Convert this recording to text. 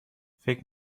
فکر